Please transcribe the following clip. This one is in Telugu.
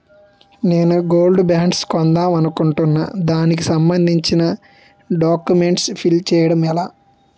నేను గోల్డ్ బాండ్స్ కొందాం అనుకుంటున్నా దానికి సంబందించిన డాక్యుమెంట్స్ ఫిల్ చేయడం ఎలా?